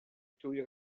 tuj